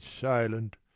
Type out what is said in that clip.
silent